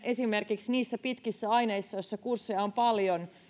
esimerkiksi niissä pitkissä aineissa joissa kursseja on paljon